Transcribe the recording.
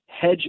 hedge